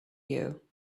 you